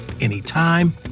anytime